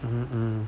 hmm